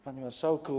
Panie Marszałku!